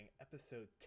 episode